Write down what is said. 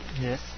Yes